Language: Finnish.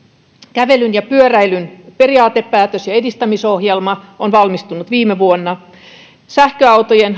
kävelyn ja pyöräilyn periaatepäätös ja edistämisohjelma on valmistunut viime vuonna sähköautojen